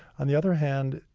on the other hand,